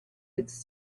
its